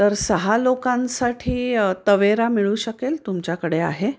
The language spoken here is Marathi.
तर सहा लोकांसाठी तवेरा मिळू शकेल तुमच्याकडे आहे